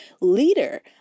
leader